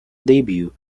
debut